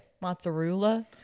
Mozzarella